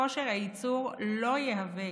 כושר הייצור לא יהווה